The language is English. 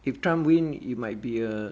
if trump win it might be uh